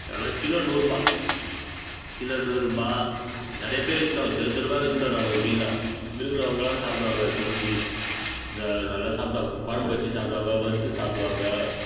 அதெலாம் கிலோ நூறுரூபா கிலோ நூறுரூபா நிறைய பேர் விற்றுன்னுவாங்க தெரு தெருவாக விற்றுன்னு வருவாங்க மீனெலாம் இருக்கிறவங்கள்லாம் சாப்பிடுவாங்க செஞ்சு இதை நல்லா சாப்பிடுவாங்க குழம்பு வைச்சு சாப்பிடுவாங்க வறுத்து சாப்பிடுவாங்க